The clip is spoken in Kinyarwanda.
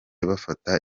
bafata